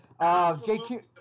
JQ